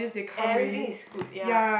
everything is good ya